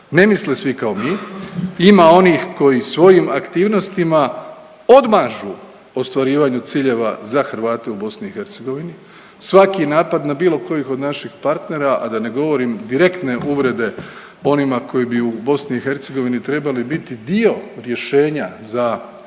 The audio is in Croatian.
Ne misle svi kao mi. Ima onih koji svojim aktivnostima odmažu ostvarivanju ciljeva za Hrvate u BiH. Svaki napad na bilo koji od naših partera, a da ne govorim direktne uvrede onima koji bi u BiH trebali biti dio rješenja za